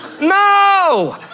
No